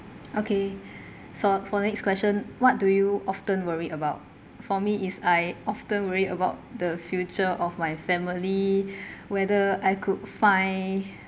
okay so for next question what do you often worried about for me is I often worry about the future of my family whether I could find